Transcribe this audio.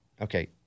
Okay